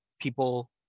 people